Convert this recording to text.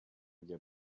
get